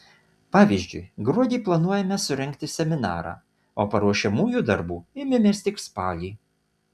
pavyzdžiui gruodį planuojame surengti seminarą o paruošiamųjų darbų ėmėmės tik spalį